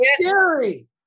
scary